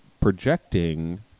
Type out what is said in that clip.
projecting